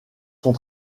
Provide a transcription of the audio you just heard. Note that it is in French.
sont